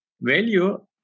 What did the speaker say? Value